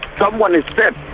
someone is stabbed